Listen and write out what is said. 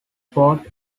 fought